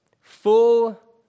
full